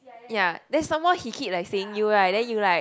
ya then some more he keep like saying you right then you like